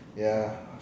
ya